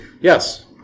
Yes